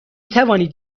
توانید